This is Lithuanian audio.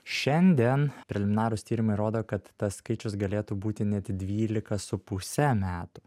šiandien preliminarūs tyrimai rodo kad tas skaičius galėtų būti net dvylika su puse metų